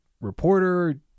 reporter